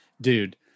Dude